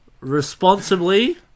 Responsibly